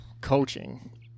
Coaching